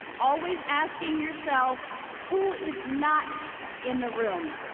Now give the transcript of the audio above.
always asking yourself who is not in the room,